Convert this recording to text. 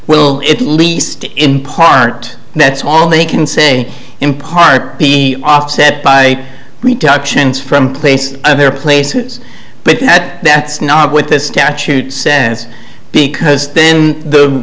will at least in part that's all they can say in part be offset by reductions from place of their places but that that's not what this statute says because then the